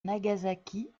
nagasaki